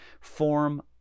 form